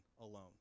alone